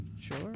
Sure